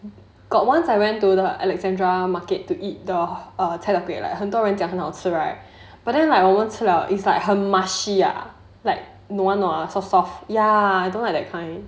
got once I went to the alexandra market to eat the cai tao kway 很多人讲很好吃 right but then like 我们吃了 it's like her mushy ah like 软软 soft soft don't like that kind